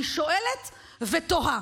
אני שואלת ותוהה,